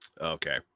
Okay